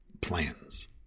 Plans